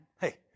hey